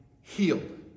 healed